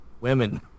Women